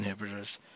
inhibitors